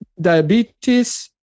diabetes